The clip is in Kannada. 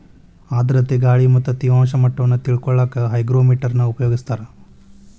ಆರ್ಧ್ರತೆ ಗಾಳಿ ಮತ್ತ ತೇವಾಂಶ ಮಟ್ಟವನ್ನ ತಿಳಿಕೊಳ್ಳಕ್ಕ ಹೈಗ್ರೋಮೇಟರ್ ನ ಉಪಯೋಗಿಸ್ತಾರ